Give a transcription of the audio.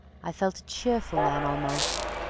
i felt a cheerful man, almost,